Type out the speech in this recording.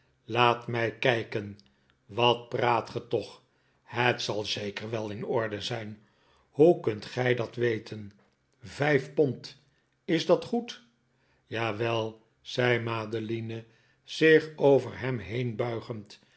laat mij kijken wat praat ge toch het zal zeker wel in orde zijn hoe kunt gij dat weten vijf pond is dat goed jawel zei madeline zich over hem